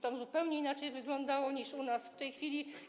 Tam zupełnie inaczej to wyglądało niż u nas w tej chwili.